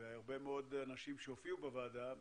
והרבה מאוד אנשים שהופיעו בוועדה אמרו: